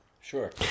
Sure